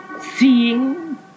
seeing